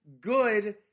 good